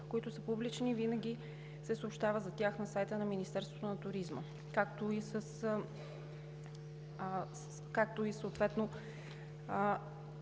които са публични и винаги се съобщава за тях на сайта на Министерството на туризма, както и съответно